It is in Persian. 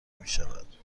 میشود